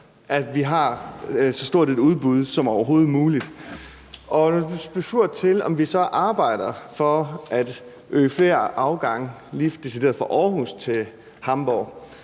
at vi har så stort et udbud som overhovedet muligt. Når jeg bliver spurgt til, om vi så arbejder for at få flere afgange lige netop fra Aarhus til Hamborg,